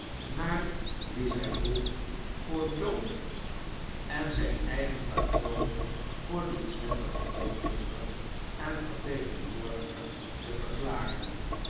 naar wien zij vroeg voor dood en zijn eigen patroon voor diens wettigen opvolger en vertegenwoordiger te verklaren